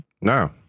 No